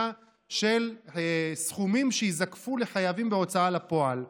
של סכומים שיזקפו לחייבים בהוצאה לפועל.